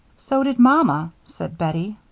so did mamma, said bettie.